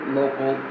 local